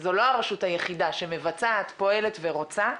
זאת לא הרשות היחידה שמבצעת, פועלת ורוצה.